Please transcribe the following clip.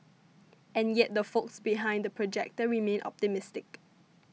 and yet the folks behind The Projector remain optimistic